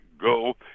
go